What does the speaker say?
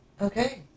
Okay